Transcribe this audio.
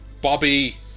Bobby